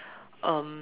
um